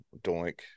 Doink